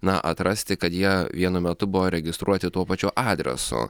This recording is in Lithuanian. na atrasti kad jie vienu metu buvo registruoti tuo pačiu adresu